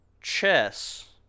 chess